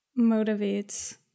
motivates